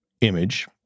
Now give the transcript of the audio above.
image